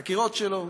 החקירות שלו,